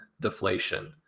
deflation